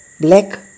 black